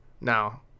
now